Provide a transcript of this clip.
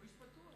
הוא איש פתוח.